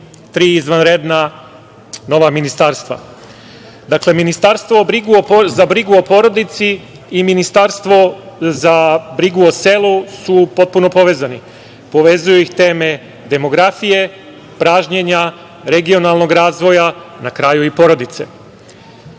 izvanredna nova ministarstva. Dakle, ministarstvo za brigu o porodici i ministarstvo za brigu o selu su potpuno povezani. Povezuju ih teme demografije, pražnjenja, regionalnog razvoja, na kraju i porodice.